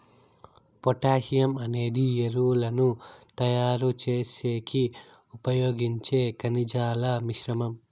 potassium అనేది ఎరువులను తయారు చేసేకి ఉపయోగించే ఖనిజాల మిశ్రమం